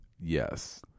Yes